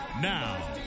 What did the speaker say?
Now